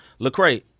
Lecrae